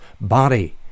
body